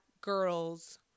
girls